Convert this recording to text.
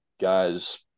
Guys